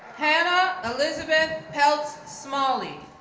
hannah elizabeth peltz smalley,